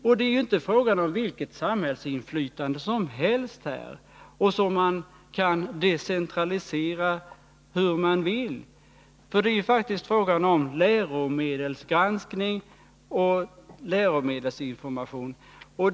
Och det är inte fråga om vilket samhällsinflytande som helst, som man kan decentralisera hur man vill. Det är faktiskt fråga om läromedelsgranskning och läromedelsinformation.